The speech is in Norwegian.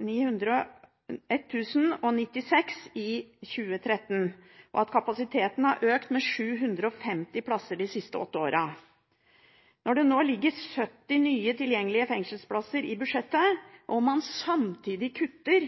096 i 2013, og at kapasiteten har økt med 750 plasser de siste åtte åra. Når det nå ligger 70 nye tilgjengelige fengselsplasser i budsjettet, og man samtidig kutter